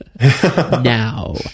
Now